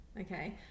okay